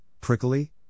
prickly